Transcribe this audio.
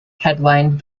headlined